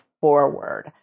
forward